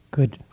good